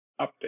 update